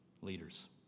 leaders